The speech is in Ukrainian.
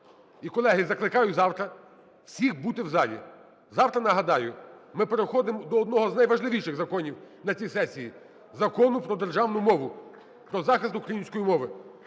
І, колеги, закликаю завтра всіх бути в залі. Завтра, нагадаю, ми переходимо до одного з найважливіших законів на цій сесії – Закону про державну мову, про захист української мови.